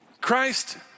Christ